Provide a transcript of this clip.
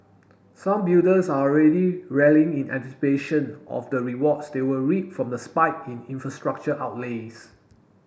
some builders are already rallying in anticipation of the rewards they will reap from the spike in infrastructure outlays